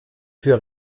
tür